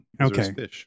Okay